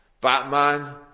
Batman